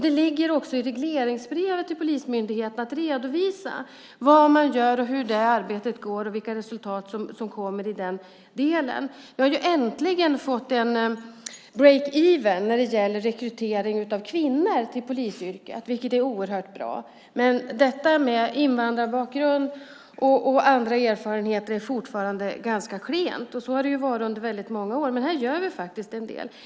Det ligger också i regleringsbrevet till polismyndigheterna att redovisa vad man gör, hur arbetet går och vilka resultat som kommer i den delen. Äntligen har vi fått ett break-even när det gäller rekrytering av kvinnor till polisyrket, vilket är oerhört bra. Men beträffande detta med invandrarbakgrund och andra erfarenheter är det fortfarande ganska klent, och så har det varit i väldigt många år. Men här gör vi faktiskt en del.